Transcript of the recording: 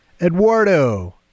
Eduardo